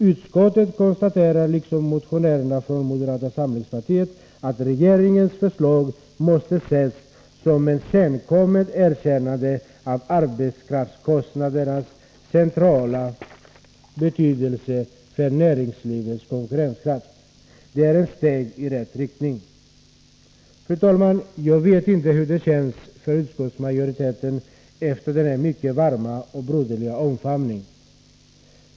Utskottet konstaterar liksom motionärerna från moderata samlingspartiet att regeringens förslag måste ses som ett senkommet erkännande av arbetskraftskostnadernas centrala betydelse för näringslivets konkurrenskraft. Det är ett steg i rätt riktning.” Fru talman! Jag vet inte hur det känns för utskottsmajoriteten efter denna mycket varma och broderliga omfamning.